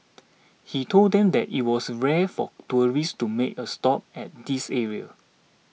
he told them that it was rare for tourists to make a stop at this area